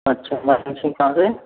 अच्छा मदन सिंह कहाँ से